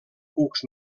cucs